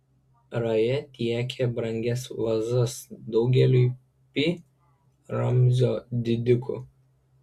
raja tiekė brangias vazas daugeliui pi ramzio didikų